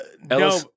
No